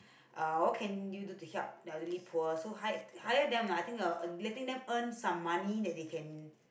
uh what can you do to help the elderly poor so hi~ hire them lah I think uh letting them earn some money that they can